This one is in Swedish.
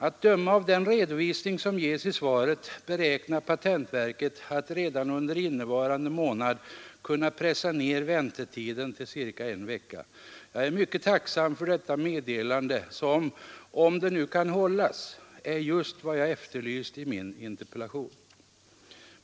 Att döma av den redovisning som ges i svaret beräknar patentverket att redan under innevarande månad kunna pressa ned väntetiden till cirka en vecka. Jag är mycket tacksam för detta meddelande, som — om löftet nu kan hållas — är just vad jag efterlyst i min interpellation.